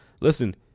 listen